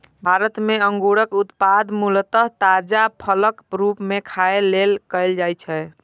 भारत मे अंगूरक उत्पादन मूलतः ताजा फलक रूप मे खाय लेल कैल जाइ छै